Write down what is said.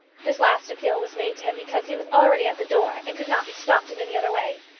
this last appeal was made to him because he was already at the door, and could not be stopped in any other way.